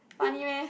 funny meh